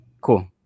Cool